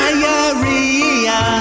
Diarrhea